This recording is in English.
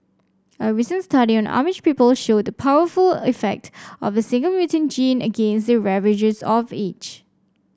a recent study on Amish people showed the powerful effect of a single mutant gene against the ravages of age